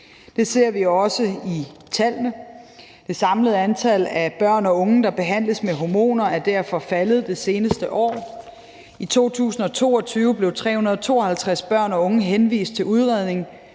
Det ser vi jo også i tallene. Det samlede antal af børn og unge, der behandles med hormoner, er derfor faldet det seneste år. I 2022 blev 352 børn og unge henvist til udredning,